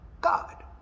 God